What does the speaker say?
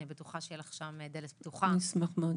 אני בטוחה שתהיה לך שם דלת פתוחה --- אני אשמח מאוד.